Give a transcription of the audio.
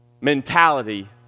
mentality